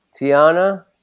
Tiana